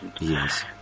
Yes